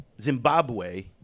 Zimbabwe